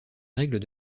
règles